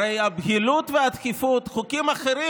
הרי הבהילות והדחיפות חוקים אחרים,